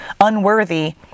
unworthy